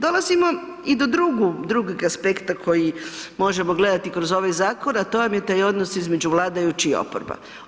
Dolazimo i do drugog aspekta koji možemo gledat kroz ovaj zakon a to vam je taj odnos između vladajućih i oporba.